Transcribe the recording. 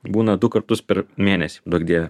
būna du kartus per mėnesį duok dieve